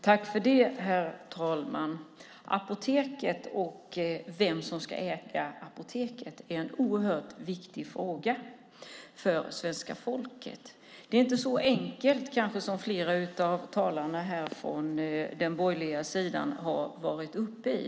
Herr talman! Apoteket och vem som ska äga det är en oerhört viktig fråga för svenska folket. Det hela är kanske inte så enkelt som flera av talarna på den borgerliga sidan framfört.